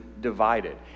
divided